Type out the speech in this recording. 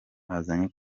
bazanye